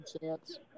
chance